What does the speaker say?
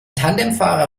tandemfahrer